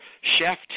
chef